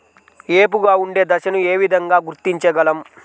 ఏపుగా ఉండే దశను ఏ విధంగా గుర్తించగలం?